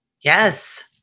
Yes